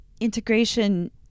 integration